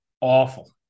awful